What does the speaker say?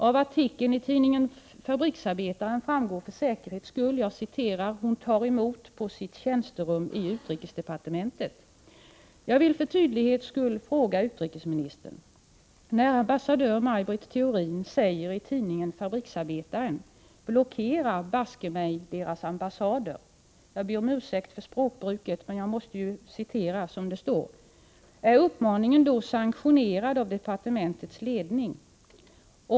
Av artikeln i tidningen Fabriksarbetaren framgår för säkerhets skull: Hon tar emot på sitt tjänsterum i utrikesdepartementet. Jag vill för tydlighets skull fråga utrikesministern: När ambassadör Maj Britt Theorin i tidningen Fabriksarbetaren säger ”Blockera, baske mig, deras ambassader” — jag ber om ursäkt för språkbruket, men jag måste citera som det står — är uppmaningen då sanktionerad av departementets ledning?